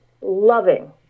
loving